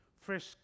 fresh